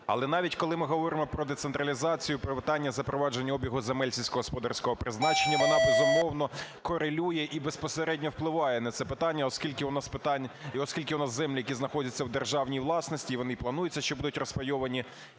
Але, навіть коли ми говоримо про децентралізацію, про вітання запровадження обігу земель сільськогосподарського призначення, вона, безумовно, корелює і безпосередньо впливає на це питання, оскільки у нас землі, які знаходяться в державній власності, і вони плануються, що будуть розпайовані,